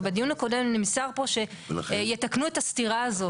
ובדיון הקודם נמסר פה שיתקנו את הסתירה הזאת.